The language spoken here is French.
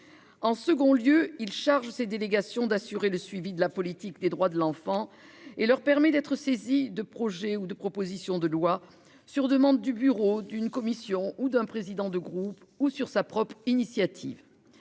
En second lieu il charge ses délégations d'assurer le suivi de la politique des droits de l'enfant et leur permet d'être saisi de projets ou de propositions de loi, sur demande du Bureau d'une commission ou d'un président de groupe ou sur sa propre initiative.